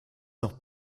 noch